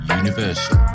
universal